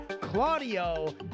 claudio